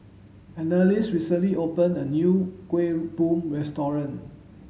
Annalise recently opened a new Kuih Bom restaurant